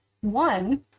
One